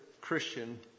Christian